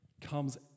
comes